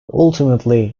ultimately